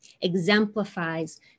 exemplifies